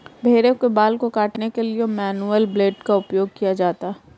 भेड़ों के बाल को काटने के लिए मैनुअल ब्लेड का उपयोग किया जाता है